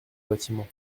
bâtiment